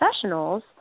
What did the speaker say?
professionals